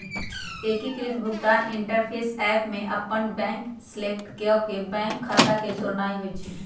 एकीकृत भुगतान interface app में अप्पन बैंक सेलेक्ट क के बैंक खता के जोड़नाइ होइ छइ